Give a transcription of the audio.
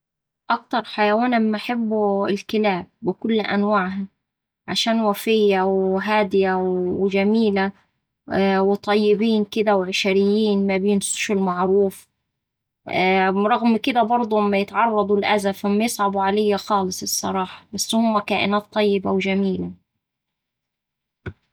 أكتر حيوان اما أحبه الكلاب بكل أنواعها عشان وفية وهادية وجميلة و وطيبين كدا وعشريين، مبينسوش المعروف. و ورغم كدا أما يتعرضو لأذى فاما يصعبو عليا خالص الصراحة. بس هما كائنات طيبة وجميلة.